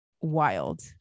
wild